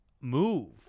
move